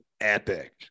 epic